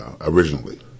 originally